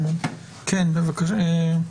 בבקשה.